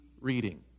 reading